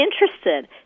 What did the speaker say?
interested